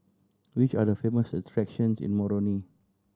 which are the famous attractions in Moroni